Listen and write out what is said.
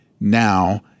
now